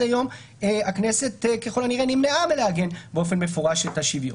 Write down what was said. היום הכנסת ככל הנראה נמנעה מלעגן באופן מפורש את השוויון.